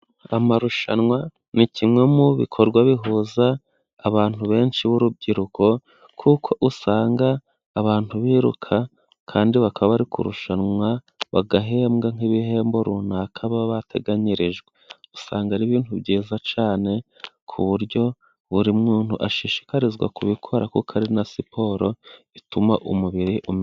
Amarushanwa ni kimwe mu bikorwa bihuza abantu benshi b'urubyiruko, kuko usanga abantu biruka kandi bakaba bari kurushanwa, bagahembwa nk'ibihembo runaka baba bateganyirijwe. Usanga ari ibintu byiza cyane ku buryo buri muntu ashishikarizwa kubikora, kuko ari na siporo ituma umubiri ume...